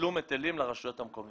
מתשלום היטלים לרשויות המקומיות.